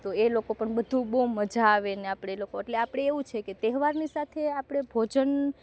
તો એ લોકો પણ બધું બહુ મજા આવેને આપણે લોકોને એટલે આપણે એવું છે કે તહેવારની સાથે આપણે ભોજન